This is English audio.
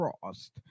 Frost